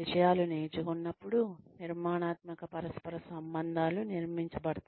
విషయాలు నేర్చుకున్నప్పుడు నిర్మాణాత్మక పరస్పర సంబంధాలు నిర్మించబడతాయి